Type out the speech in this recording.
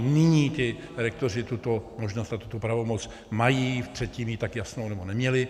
Nyní rektoři tuto možnost a pravomoc mají, předtím ji tak jasnou neměli.